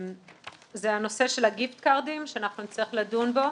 נושא הגיפט-קארד שאנחנו נצטרך לדון בו.